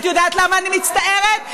מה זה תיאטרון אלמינא?